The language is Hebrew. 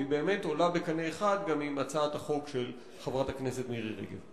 היא באמת עולה בקנה אחד עם הצעת החוק של חברת הכנסת מירי רגב.